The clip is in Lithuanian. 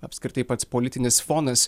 apskritai pats politinis fonas